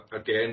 again